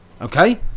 Okay